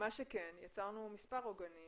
יצרנו מספר עוגנים